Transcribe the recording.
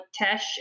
Tesh